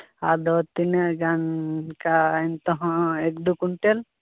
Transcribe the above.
ᱟᱫᱚ ᱛᱤᱱᱟᱹᱜ ᱜᱟᱱ ᱞᱮᱠᱟ ᱮᱱᱛᱮᱦᱚᱸ ᱮᱠᱼᱫᱩ ᱠᱩᱱᱴᱮᱞ